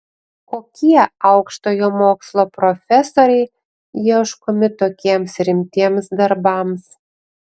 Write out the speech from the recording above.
kokie aukštojo mokslo profesoriai ieškomi tokiems rimtiems darbams